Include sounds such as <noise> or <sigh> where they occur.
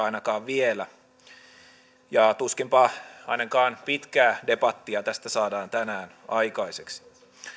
<unintelligible> ainakaan vielä ja tuskinpa ainakaan pitkää debattia tästä saadaan tänään aikaiseksi